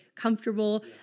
comfortable